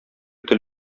тел